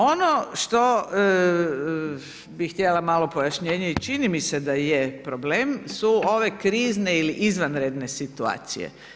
Ono što bih htjela malo pojašnjenje i čini mi se da je problem su ove krizne ili izvanredne situacije.